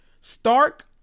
Stark